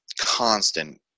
constant